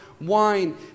wine